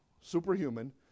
superhuman